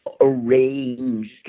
arranged